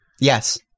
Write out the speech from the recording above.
Yes